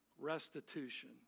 restitution